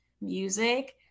music